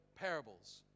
parables